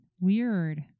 Weird